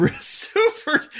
super